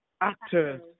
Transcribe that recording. actors